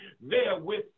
therewith